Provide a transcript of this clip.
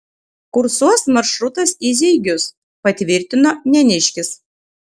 kursuos maršrutas į zeigius patvirtino neniškis